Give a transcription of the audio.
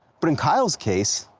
but in kyle's case,